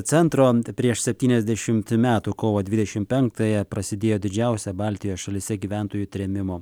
centro tai prieš septyniasdešimt metų kovo dvidešim penktąją prasidėjo didžiausia baltijos šalyse gyventojų trėmimo